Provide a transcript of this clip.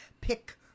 pick